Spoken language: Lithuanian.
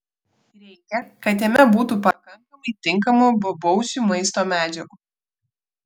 reikia kad jame būtų pakankamai tinkamų bobausiui maisto medžiagų